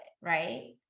right